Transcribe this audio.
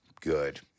Good